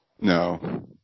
No